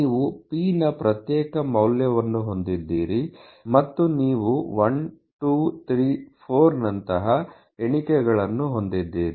ನೀವು p ನ ಪ್ರತ್ಯೇಕ ಮೌಲ್ಯವನ್ನು ಹೊಂದಿದ್ದೀರಿ ಮತ್ತು ನೀವು 1 2 3 4 ನಂತಹ ಎಣಿಕೆಗಳನ್ನು ಹೊಂದಿದ್ದೀರಿ